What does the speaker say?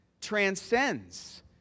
transcends